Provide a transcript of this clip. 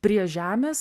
prie žemės